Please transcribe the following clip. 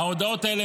ההודעות האלה